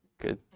Good